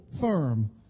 firm